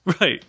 Right